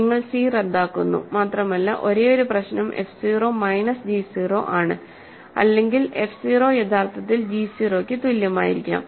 നിങ്ങൾ സി റദ്ദാക്കുന്നു മാത്രമല്ല ഒരേയൊരു പ്രശ്നം f 0 മൈനസ് g 0 ആണ് അല്ലെങ്കിൽ f 0 യഥാർത്ഥത്തിൽ g 0 ന് തുല്യമായിരിക്കാം